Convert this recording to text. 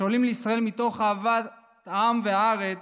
שעולים לישראל מתוך אהבת העם והארץ,